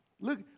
Look